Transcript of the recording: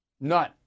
None